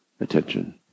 attention